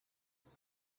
him